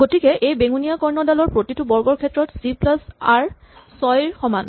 গতিকে এই বেঙুনীয়া কৰ্ণডালৰ প্ৰতিটো বৰ্গৰ ক্ষেত্ৰত চি প্লাচ আৰ ছয় ৰ সমান